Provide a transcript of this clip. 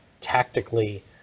tactically